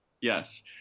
Yes